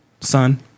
son